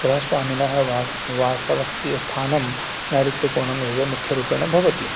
गृहस्वामिनः वा वास्तवस्य स्थानं नैर्ऋत्यकोणम् एव मुख्यरूपेण भवति